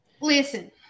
Listen